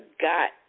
got